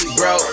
bro